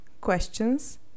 questions